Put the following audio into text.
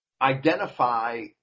identify